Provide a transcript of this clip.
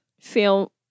feel